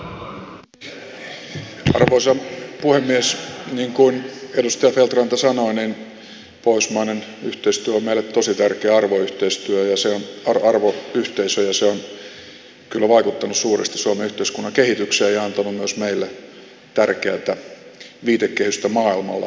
niin kuin edustaja feldt ranta sanoi pohjoismainen yhteistyö on meille tosi tärkeätä arvoyhteistyötä ja se on arvoyhteisö ja se on kyllä vaikuttanut suuresti suomen yhteiskunnan kehitykseen ja antanut myös meille tärkeätä viitekehystä maailmalla toimiessa